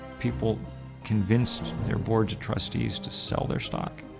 people convinced their boards of trustees to sell their stock.